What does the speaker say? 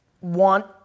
want